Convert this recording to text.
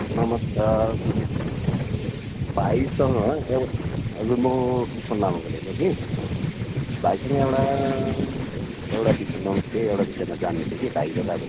नमस्कार भाइसँग एउ हजुर म किसन लामा बोलेको कि भाइसँग एउटा एउटा विषय नमस्ते एउटाविषयमा जान्नु थियो कि भाइको त अब